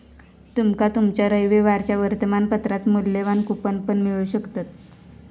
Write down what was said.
तुमका तुमच्या रविवारच्या वर्तमानपत्रात मुल्यवान कूपन पण मिळू शकतत